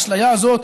האשליה הזאת,